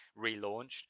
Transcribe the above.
relaunched